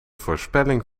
voorspelling